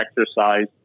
exercise